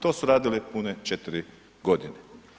To su radili pune 4 godine.